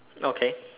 okay